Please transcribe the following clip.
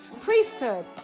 priesthood